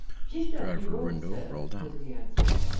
jist up de road, sir, was the answer.